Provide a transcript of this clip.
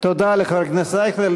תודה לחבר הכנסת אייכלר.